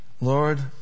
Lord